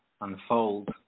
unfold